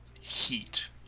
Heat